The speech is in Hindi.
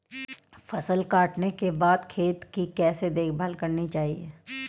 फसल काटने के बाद खेत की कैसे देखभाल करनी चाहिए?